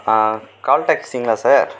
கால் டாக்ஸிங்களா சார்